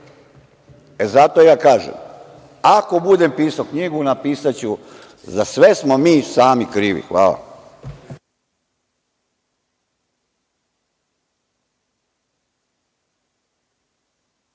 je. Zato ja kažem, ako budem pisao knjigu, napisaću - za sve smo mi sami krivi. Hvala.